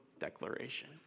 declaration